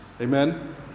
Amen